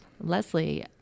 Leslie